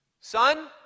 Son